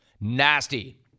Nasty